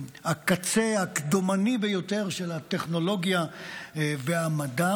הקצה הקדומני ביותר של הטכנולוגיה והמדע.